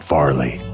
Farley